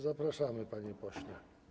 Zapraszam, panie pośle.